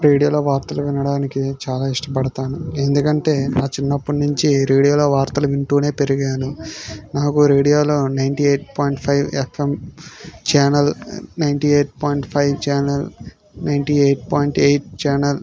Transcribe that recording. రేడియోలో వార్తలు వినడానికి చాలా ఇష్టపడుతాను ఎందుకంటే నా చిన్నప్పటి నుంచి రేడియోలో వార్తలు వింటూనే పెరిగాను నాకు రేడియోలో ninety eight point five FM channel ninety eight point five channel ninety eight point eight channel